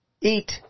eat